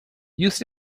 used